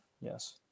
yes